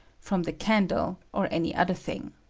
from the candle, or any other thing.